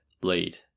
lead